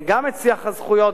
גם את שיח הזכויות,